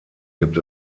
gibt